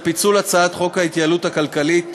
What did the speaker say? על פיצול הצעת חוק ההתייעלות הכלכלית,